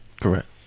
Correct